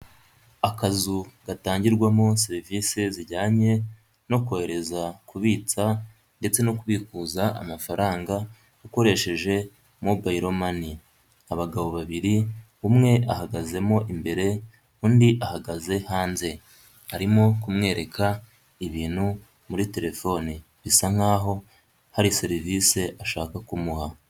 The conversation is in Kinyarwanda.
Akazu gatangirwamo serivise zijyanye no kohereza, kubitsa ndetse no kubikuza amafaranga ukoresheje mobayilo mani, abagabo babiri umwe ahagazemo imbere, undi ahagaze hanze, arimo kumwereka ibintu muri telefoni bisa nk'aho hari serivise ashaka kumuha.